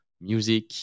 music